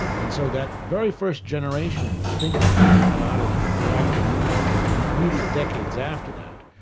and so that very first generation of thinkers who come out of the act of union and the immediate decades after that,